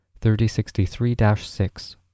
3063-6